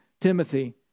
Timothy